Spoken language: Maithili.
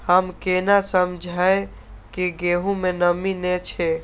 हम केना समझये की गेहूं में नमी ने छे?